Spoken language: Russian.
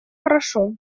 хорошо